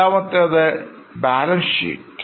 രണ്ടാമത്തേത് balance sheet